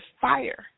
fire